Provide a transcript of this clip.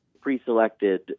pre-selected